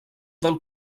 del